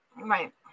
Right